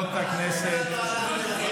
תודה רבה.